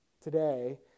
today